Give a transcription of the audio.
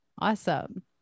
Awesome